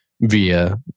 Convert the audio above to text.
via